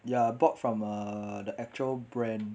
ya I bought from err the actual brand